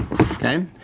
Okay